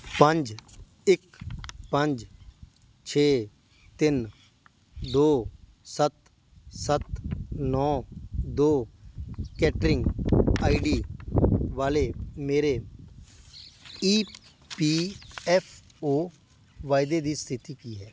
ਪੰਜ ਇੱਕ ਪੰਜ ਛੇ ਤਿੰਨ ਦੋ ਸੱਤ ਸੱਤ ਨੌਂ ਦੋ ਕੈਟਰਿੰਗ ਆਈ ਡੀ ਵਾਲੇ ਮੇਰੇ ਈ ਪੀ ਐਫ ਓ ਵਾਅਵੇ ਦੀ ਸਥਿੱਤੀ ਕੀ ਹੈ